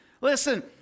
Listen